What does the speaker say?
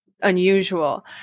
unusual